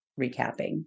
recapping